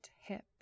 hip